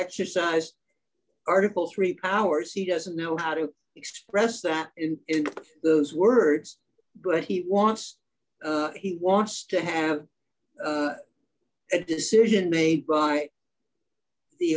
exercised article three hours he doesn't know how to express that in those words but he wants he wants to have a decision made by the